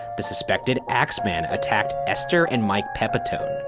the suspected axeman attacked esther and mike pepitone.